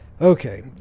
Okay